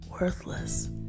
worthless